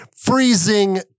Freezing